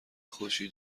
خوشی